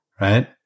right